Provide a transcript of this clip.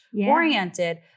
oriented